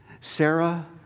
Sarah